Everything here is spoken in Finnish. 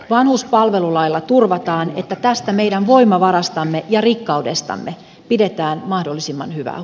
vanhuspalvelulailla turvataan että tästä meidän voimavarastamme ja rikkaudestamme pidetään mahdollisimman hyvä